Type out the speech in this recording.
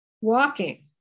walking